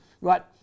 right